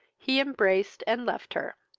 he embraced and left her.